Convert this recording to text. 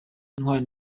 intwari